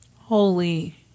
Holy